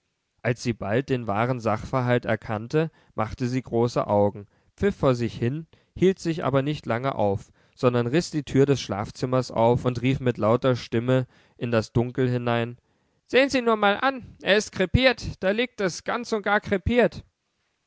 als sie bald den wahren sachverhalt erkannte machte sie große augen pfiff vor sich hin hielt sich aber nicht lange auf sondern riß die tür des schlafzimmers auf und rief mit lauter stimme in das dunkel hinein sehen sie nur mal an es ist krepiert da liegt es ganz und gar krepiert